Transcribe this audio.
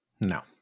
No